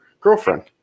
girlfriend